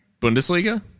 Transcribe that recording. Bundesliga